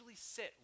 sit